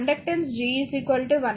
15 కాబట్టి 0